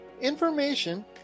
information